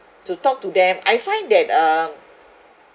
to talk to them I find that um